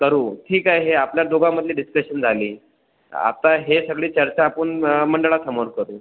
करू ठीक आहे हे आपल्या दोघामधले डिस्कशन झाली आता ही सगळी चर्चा आपण मंडळासमोर करू